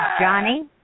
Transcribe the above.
Johnny